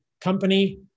company